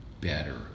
better